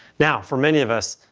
now for many of us,